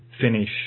finish